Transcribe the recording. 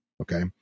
okay